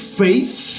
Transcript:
faith